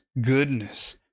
goodness